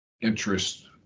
interest